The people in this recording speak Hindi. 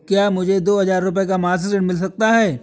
क्या मुझे दो हजार रूपए का मासिक ऋण मिल सकता है?